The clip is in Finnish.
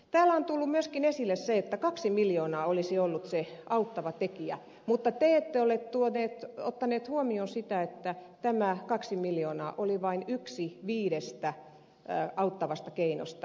täällä on tullut myöskin esille se että kaksi miljoonaa olisi ollut se auttava tekijä mutta te ette ole ottaneet huomioon sitä että tämä kaksi miljoonaa oli vain yksi viidestä auttavasta keinosta